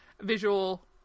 visual